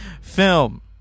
film